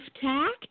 tact